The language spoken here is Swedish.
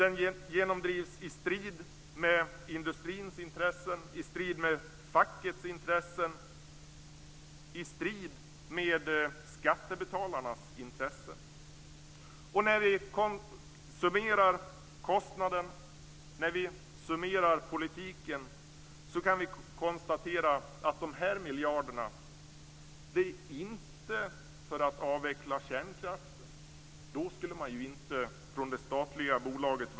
Den genomdrivs i strid med industrins intressen, i strid med fackens intressen och i strid med skattebetalarnas intressen. När vi summerar kostnaden, när vi summerar politiken, kan vi konstatera att de här miljarderna inte är till för att avveckla kärnkraften.